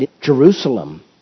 Jerusalem